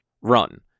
run